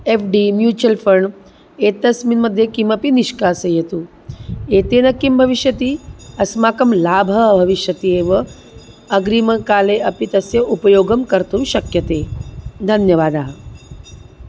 F D mutual fund एतस्मिन् मध्ये किमपि निष्कासयतु एतेन किं भविष्यति अस्माकं लाभः भविष्यति एव अग्रिमकाले अपि तस्य उपयोगः कर्तुं शक्यते धन्यवादः